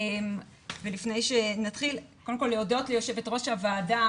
ולפני שנתחיל קודם כל להודות ליו"ר הוועדה